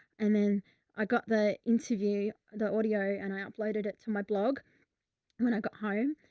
and then i got the interview, the audio, and i uploaded it to my blog when i got home.